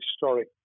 historic